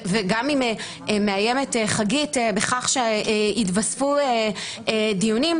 וגם אם מאיימת חגית בכך שיתווספו דיונים,